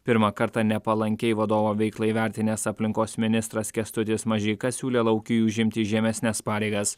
pirmą kartą nepalankiai vadovo veiklą įvertinęs aplinkos ministras kęstutis mažeika siūlė laukiui užimti žemesnes pareigas